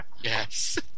Yes